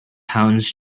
hounds